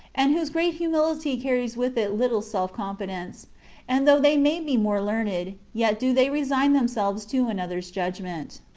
and whose great humility carries with it little self-confidence and though they may be more learned, yet do they resign them selves to another's judgment.